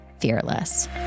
Fearless